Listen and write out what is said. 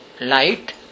light